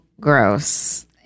gross